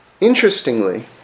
interestingly